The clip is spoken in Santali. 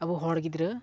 ᱟᱵᱚ ᱦᱚᱲ ᱜᱤᱫᱽᱨᱟᱹ